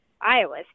Iowa